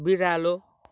बिरालो